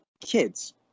kids